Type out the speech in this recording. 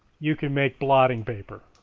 you can make blotting paper